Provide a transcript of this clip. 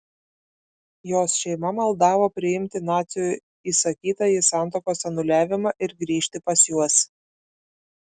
jos šeima maldavo priimti nacių įsakytąjį santuokos anuliavimą ir grįžti pas juos